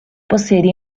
possiede